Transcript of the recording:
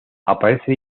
aparece